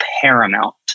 paramount